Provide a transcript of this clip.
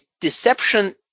deception